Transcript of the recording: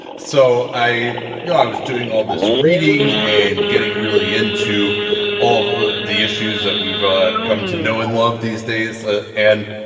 so i yeah, i was doing all this reading and getting really into all of ah the issues that we've ah come to know and love these days. ah and,